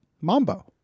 Mambo